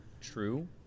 True